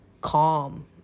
calm